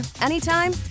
anytime